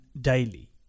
daily